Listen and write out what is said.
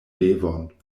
devon